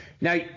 Now